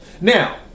Now